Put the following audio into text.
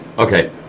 Okay